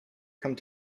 come